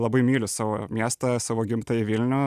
labai myliu savo miestą savo gimtąjį vilnių